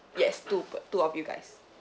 yes two p~ two of you guys